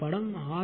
படம் 6